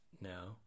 no